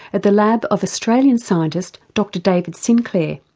at the lab of australian scientist dr david sinclair.